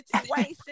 situation